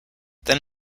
then